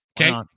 Okay